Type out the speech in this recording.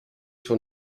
for